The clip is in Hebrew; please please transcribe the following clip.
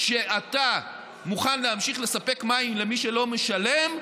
כשאתה מוכן להמשיך לספק מים למי שלא משלם,